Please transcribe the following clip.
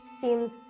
seems